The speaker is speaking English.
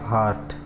Heart